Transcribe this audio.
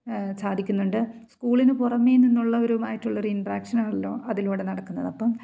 സാധിക്കുന്നുണ്ട് സ്കൂളിന് പുറമേ നിന്നുള്ളവരും ആയിട്ടുള്ള ഒരു ഇൻട്രാക്ഷൻ ആണല്ലോ അതിലൂടെ നടക്കുന്നത് അപ്പം